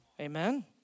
Amen